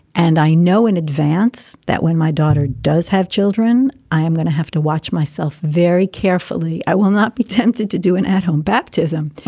and i know in advance that when my daughter does have children, i am going to have to watch myself very carefully. i will not be tempted to do an at home baptism.